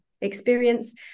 experience